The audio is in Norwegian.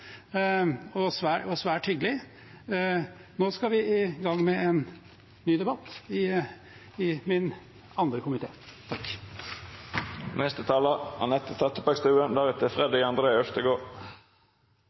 og svært hyggelig. Nå skal vi i gang med en ny debatt i min andre